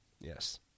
yes